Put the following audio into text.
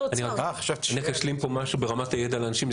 אשלים פה משהו ברמת הידע לאנשים,